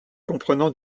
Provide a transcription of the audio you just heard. comprenant